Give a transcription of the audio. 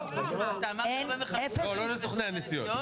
לא, לא לסוכני הנסיעות.